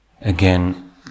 again